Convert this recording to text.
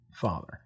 father